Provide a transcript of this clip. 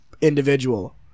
individual